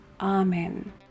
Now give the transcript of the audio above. amen